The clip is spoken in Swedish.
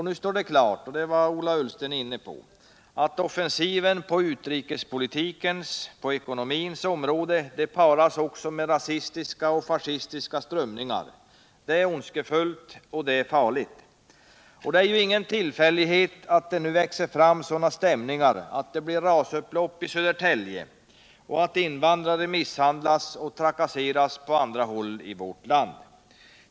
Nu står det klart — det berörde Ola Ullsten — att offensiven på utrikespolitikens och ekonomins områden paras med rasistiska och fascistiska strömningar. Det är ondskefullt och farligt. Det är ingen tillfällighet att det växer fram sådana stämningar, att det blir rasupplopp i Södertälje och att invandrare misshandlas och trakasseras på andra håll i vårt land.